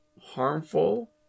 harmful